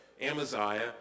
Amaziah